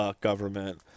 government